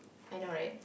I know right